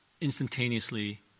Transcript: instantaneously